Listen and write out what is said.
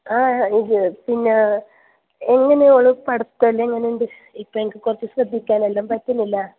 ആ ഇത് പിന്നെ എങ്ങനെയാ ഓൾ പഠിത്തം എല്ലാം എങ്ങനെയുണ്ട് ഇപ്പോൾ എനിക്ക് കുറച്ച് ശ്രദ്ധിക്കാനെല്ലാം പറ്റുന്നില്ല